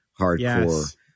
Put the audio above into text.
hardcore